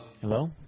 Hello